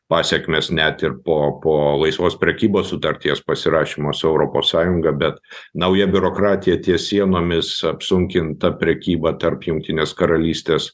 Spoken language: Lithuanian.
pasekmės net ir po po laisvos prekybos sutarties pasirašymo su europos sąjunga bet nauja biurokratija ties sienomis apsunkinta prekyba tarp jungtinės karalystės